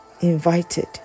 invited